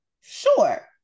sure